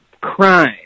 crime